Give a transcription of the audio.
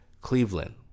Cleveland